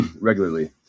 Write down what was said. regularly